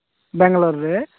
ବାଙ୍ଗଲୋରରେ